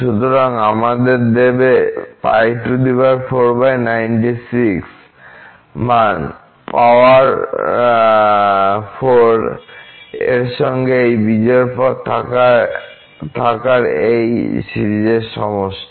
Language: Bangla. সুতরাং আমাদের দেবে π496 মান পাওয়ার 4 এর সঙ্গে এই বিজোড় পদ থাকার এই সিরিজের সমষ্টি